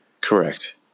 Correct